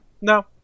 no